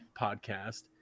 podcast